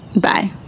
Bye